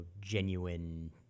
genuine